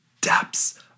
depths